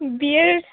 বিয়ের